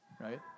right